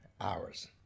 hours